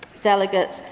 delegates,